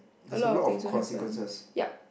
a lot of things will happen ya